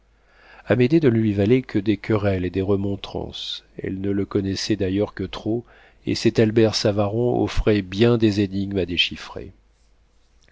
amédée ne lui valait que des querelles et des remontrances elle ne le connaissait d'ailleurs que trop et cet albert savaron offrait bien des énigmes à déchiffrer